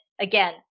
again